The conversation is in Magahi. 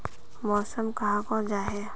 मौसम कहाक को जाहा?